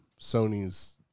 Sony's